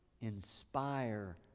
inspire